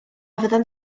fyddant